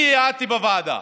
אני העדתי בוועדה,